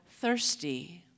thirsty